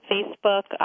Facebook